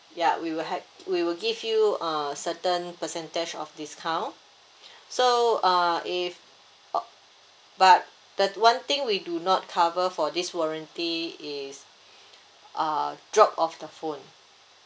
ya we will help we will give you uh certain percentage of discount so uh if uh but that one thing we do not cover for this warranty is uh drop of the phone